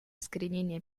искоренения